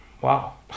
wow